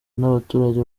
n’abaturage